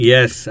Yes